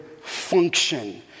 function